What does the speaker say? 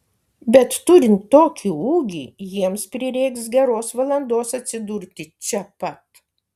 bet turint tokį ūgį jiems prireiks geros valandos atsidurti čia pat